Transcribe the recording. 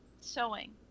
sewing